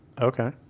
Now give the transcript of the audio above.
Okay